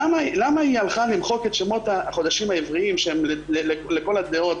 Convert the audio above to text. למה היא הלכה למחוק את שמות החודשים העבריים שלכל הדעות